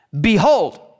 Behold